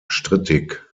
strittig